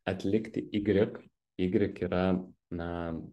atlikti igrik igrik yra na